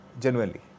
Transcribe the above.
genuinely